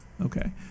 okay